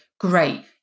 great